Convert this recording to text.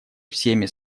всеми